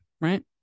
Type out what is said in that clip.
right